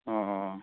অঁ অঁ